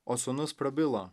o sūnus prabilo